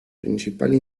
principale